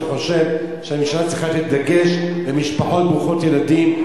אני חושב שהממשלה צריכה לתת דגש על משפחות ברוכות ילדים,